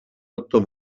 otto